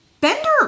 Bender